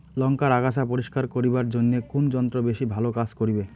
লংকার আগাছা পরিস্কার করিবার জইন্যে কুন যন্ত্র বেশি ভালো কাজ করিবে?